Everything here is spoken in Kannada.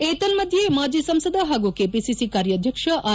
ಏತನ್ಸ್ಟ್ಟ ಮಾಜಿ ಸಂಸದ ಹಾಗೂ ಕೆಪಿಸಿಸಿ ಕಾರ್ಯಾಧ್ಯಕ್ಷ ಆರ್